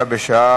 לפיכך,